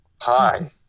Hi